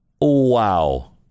Wow